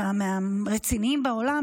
מהרציניים בעולם,